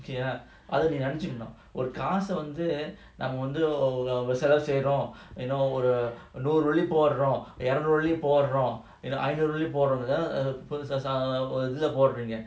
okay err அதநீநெனச்சிக்கணும்ஒருகாசவந்துநாமவந்துசெலவுசெய்ரோம்:adha nee nenachikanum oru kaasa vandhu naama vandhu selavu seirom you know ஒருநூறுவெள்ளிபோடறோம்இருநூறுவெள்ளிபோடறோம்ஐநூறுவெள்ளிபோடறோம்இதுலபோறீங்க:oru nooru velli podrom irunooru velli podrom ainooru velli podrom idhula podreenga